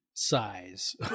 size